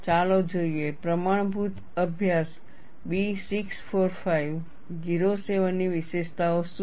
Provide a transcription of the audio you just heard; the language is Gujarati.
ચાલો જોઈએ પ્રમાણભૂત અભ્યાસ B645 07 ની વિશેષતાઓ શું છે